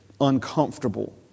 uncomfortable